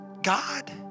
God